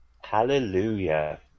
Hallelujah